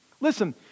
Listen